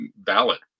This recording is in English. valid